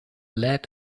lead